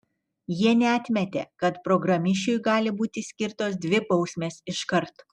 jie neatmetė kad programišiui gali būti skirtos dvi bausmės iškart